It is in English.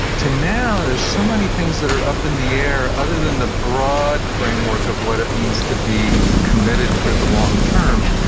to now there's so many things that are up in the air other than the broad framework of what it means to be committed for the longterm,